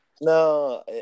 No